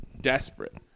desperate